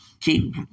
Keep